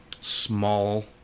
small